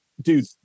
dude